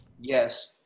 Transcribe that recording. Yes